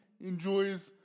enjoys